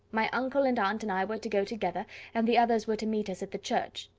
my uncle and aunt and i were to go together and the others were to meet us at the church.